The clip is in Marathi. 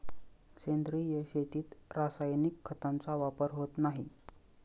सेंद्रिय शेतीत रासायनिक खतांचा वापर होत नाही